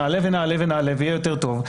נעלה ונעלה ונעלה ויהיה יותר טוב,